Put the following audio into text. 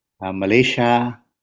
Malaysia